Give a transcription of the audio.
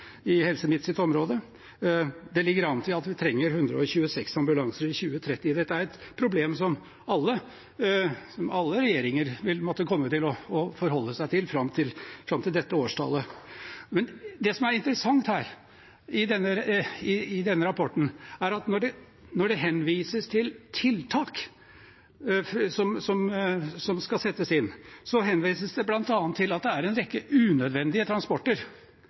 i Helse Midt-Norges område. Det ligger an til at vi kommer til å trenge 126 ambulanser i 2030. Dette er et problem som alle regjeringer vil måtte forholde seg til fram til det årstallet. Det som er interessant i den rapporten, er at når det gjelder tiltak som skal settes inn, vises det bl.a. til at det er en rekke unødvendige transporter.